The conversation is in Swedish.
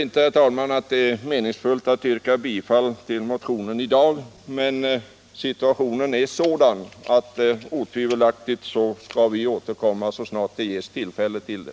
Jag tror inte det är meningsfullt att i dag yrka bifall till motionen, men situationen är sådan att vi skall återkomma till frågan så snart det ges tillfälle till det.